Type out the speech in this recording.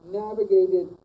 navigated